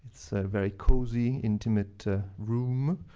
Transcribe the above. it's a very cozy, intimate room.